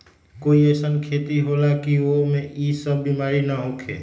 कोई अईसन खेती होला की वो में ई सब बीमारी न होखे?